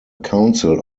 council